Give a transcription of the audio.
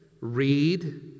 Read